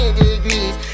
degrees